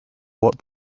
what